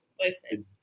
Listen